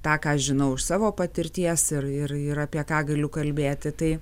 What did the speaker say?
tą ką aš žinau iš savo patirties ir ir ir apie ką galiu kalbėti tai